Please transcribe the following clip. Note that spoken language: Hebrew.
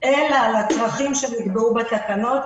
אלא לצרכים שנקבעו בתקנות.